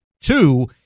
Two